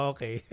Okay